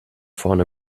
vorne